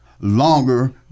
longer